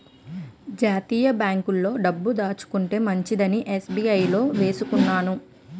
జాతీయ బాంకుల్లో డబ్బులు దాచుకుంటే మంచిదని ఎస్.బి.ఐ లో వేసుకున్నాను